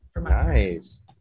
nice